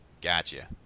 gotcha